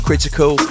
critical